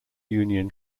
union